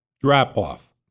Drop-off